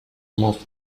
moved